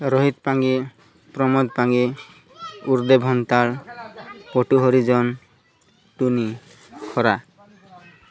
ରୋହିତ ପାଙ୍ଗୀ ପ୍ରମୋଦ ପାଙ୍ଗୀ ଉର୍ଦ୍ଦେବ ହତାଳ ପଟୁ ହରିଜନ ଟୁନି ଖରା